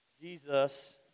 Jesus